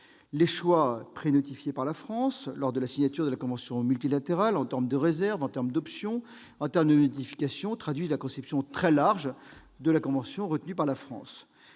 Les choix prénotifiés par la France lors de la signature de la convention multilatérale, qu'il s'agisse des réserves, des options ou des notifications, traduisent la conception très large de la convention retenue par notre